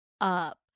up